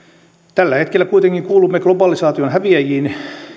tällä hetkellä kuitenkin kuulumme globalisaation häviäjiin